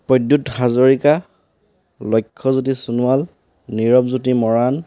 Pradyut Hazarika Lakshyajyoti Sonowal Nirabjyoti Moran